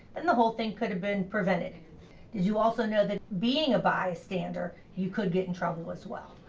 then the whole thing could have been prevented. did you also know that being a bystander you could get in trouble as well.